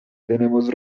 tenemos